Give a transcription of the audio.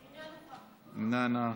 איננה,